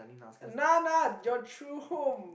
nah nah your true home